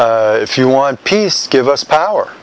if you want peace give us power